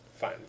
Fine